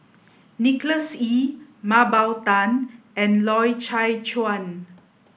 Nicholas Ee Mah Bow Tan and Loy Chye Chuan